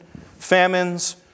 famines